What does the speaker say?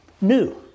New